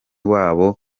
wabo